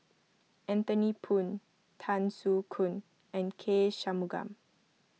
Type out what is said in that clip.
Anthony Poon Tan Soo Khoon and K Shanmugam